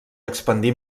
expandir